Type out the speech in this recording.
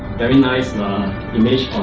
very nice image